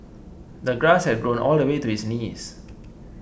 the grass had grown all the way to his knees